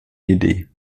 idee